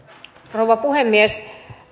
rouva puhemies